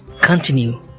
continue